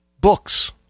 books